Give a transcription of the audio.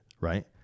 right